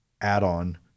add-on